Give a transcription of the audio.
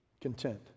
content